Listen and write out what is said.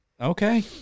Okay